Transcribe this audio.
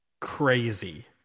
crazy